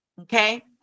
okay